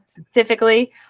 specifically